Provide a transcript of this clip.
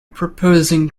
proposing